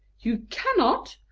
you cannot?